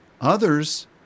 Others